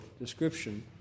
description